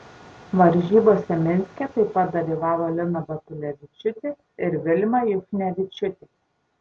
varžybose minske taip pat dalyvavo lina batulevičiūtė ir vilma juchnevičiūtė